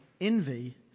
envy